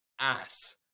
ass